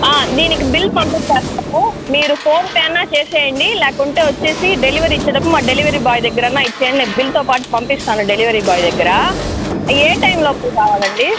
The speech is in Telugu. దీనికి బిల్ పంపిస్తాను మీరు ఫోన్పే అన్న చేసేయండి లేకుంటే వచ్చేసి డెలివరీ ఇచ్చేటప్పుడు మా డెలివరీ బాయ్ దగ్గరన్నా ఇచ్చేయండి నేను బిల్తో పాటు పంపిస్తాను డెలివరీ బాయ్ దగ్గర ఏ టైం లోపు కావాలండి